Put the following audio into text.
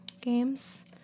games